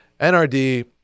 NRD